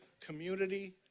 community